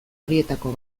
horietako